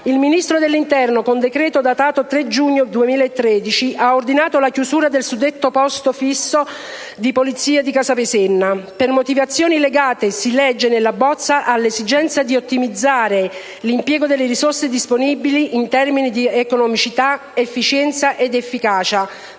il Ministero dell'interno, con decreto datato 3 giugno 2013, ha ordinato la chiusura del suddetto posto fisso operativo di Polizia di Casapesenna per motivazioni legate, si legge nella bozza «all'esigenza di ottimizzare l'impiego delle risorse disponibili, in termini di economicità, efficienza ed efficacia,